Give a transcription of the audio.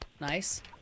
Nice